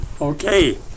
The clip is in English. Okay